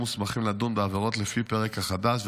מוסמכים לדון בעבירות לפי הפרק החדש,